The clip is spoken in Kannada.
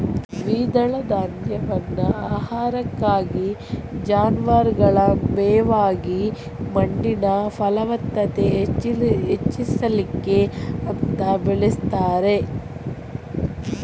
ದ್ವಿದಳ ಧಾನ್ಯವನ್ನ ಆಹಾರಕ್ಕಾಗಿ, ಜಾನುವಾರುಗಳ ಮೇವಾಗಿ ಮಣ್ಣಿನ ಫಲವತ್ತತೆ ಹೆಚ್ಚಿಸ್ಲಿಕ್ಕೆ ಅಂತ ಬೆಳೀತಾರೆ